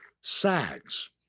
sags